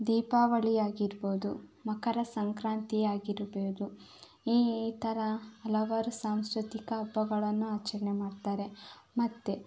ದೀಪಾವಳಿ ಆಗಿರ್ಬೋದು ಮಕರ ಸಂಕ್ರಾಂತಿ ಆಗಿರ್ಬೋದು ಈ ಥರ ಹಲವಾರು ಸಾಂಸ್ಕೃತಿಕ ಹಬ್ಬಗಳನ್ನು ಆಚರಣೆ ಮಾಡ್ತಾರೆ ಮತ್ತು